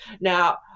Now